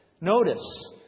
Notice